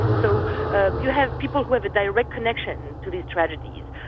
so ah you have people who have a direct connection to these tragedies,